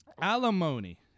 Alimony